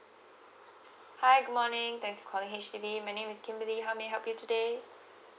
hi good morning thanks for calling H_D_B my name is kimberly how may I help you today